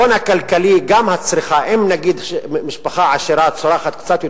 הם לא שותים חלב, לא אוכלים לחם.